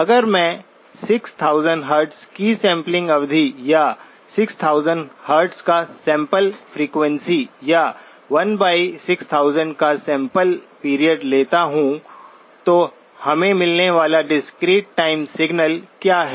अगर मैं 6000 हर्ट्ज की सैंपलिंग अवधि या 6000 हर्ट्ज का सैंपल फ्रीक्वेंसी या 16000 का सैंपल पीरियड लेता हूं तो हमें मिलने वाला डिस्क्रीट टाइम सिग्नल क्या है